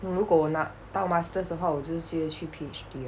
如果我拿到的话我就直接去 PhD liao